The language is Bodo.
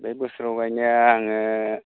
बे बोसोराव गायनाया आङो